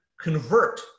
convert